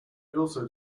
also